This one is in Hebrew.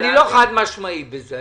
אני לא חד משמעי בזה.